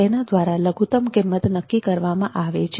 તેના દ્વારા લઘુતમ કિંમત નક્કી કરવામાં આવે છે